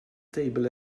table